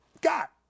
got